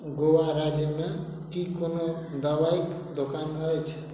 गोवा राज्यमे की कोनो दवाइक दोकान अछि